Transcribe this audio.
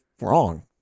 wrong